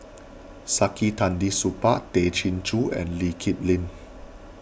Saktiandi Supaat Tay Chin Joo and Lee Kip Lin